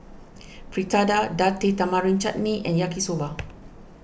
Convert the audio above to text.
Fritada Date Tamarind Chutney and Yaki Soba